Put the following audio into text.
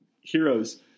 heroes